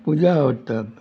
पुजा आवडटात